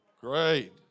Great